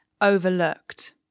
overlooked